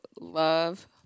love